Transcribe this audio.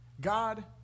God